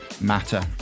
Matter